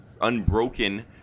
unbroken